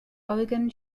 oregon